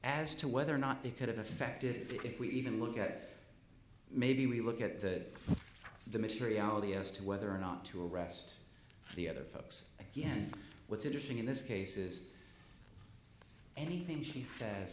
as to whether or not they could have affected it if we even look at it maybe we look at the the mystery ali as to whether or not to arrest the other folks again what's interesting in this case is anything she says